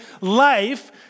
life